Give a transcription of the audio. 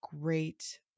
great